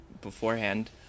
beforehand